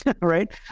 right